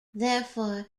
therefore